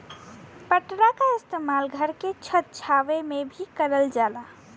पटरा के इस्तेमाल घर के छत छावे में भी करल जाला